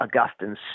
Augustine's